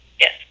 yes